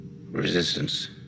Resistance